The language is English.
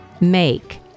make